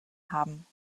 haben